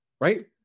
Right